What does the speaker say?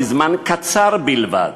לזמן קצר בלבד,